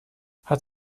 hat